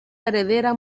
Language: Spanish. heredera